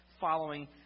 following